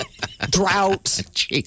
Drought